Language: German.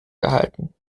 gehalten